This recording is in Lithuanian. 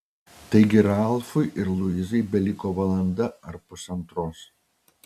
taigi ralfui ir luizai beliko valanda ar pusantros